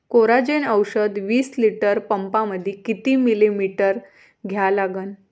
Coragen औषध विस litre पंपामंदी किती मिलीमिटर घ्या लागन?